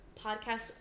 podcast